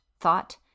thought